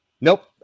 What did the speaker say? Nope